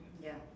ya